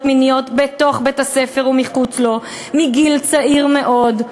מיניות בתוך בית-ספר ומחוץ לו מגיל צעיר מאוד,